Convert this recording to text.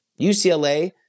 UCLA